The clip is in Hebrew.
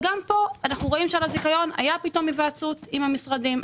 ולכן גם פה אנו רואים שעל הזיכיון היתה פתאום היוועצות עם המשרדים.